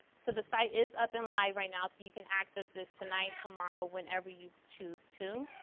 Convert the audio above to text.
so the site is up and live right now, so you can access this tonight, tomorrow, whenever you choose to.